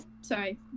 Sorry